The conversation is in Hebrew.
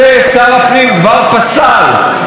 מאילת וצפונה,